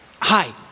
Hi